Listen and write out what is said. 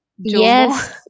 Yes